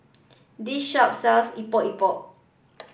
this shop sells Epok Epok